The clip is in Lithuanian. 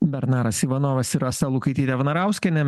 bernaras ivanovas ir rasa lukaitytė vnarauskienė